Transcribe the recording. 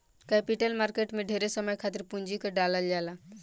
capital market में ढेरे समय खातिर पूंजी के डालल जाला